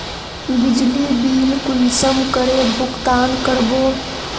बिजली बिल कुंसम करे भुगतान कर बो?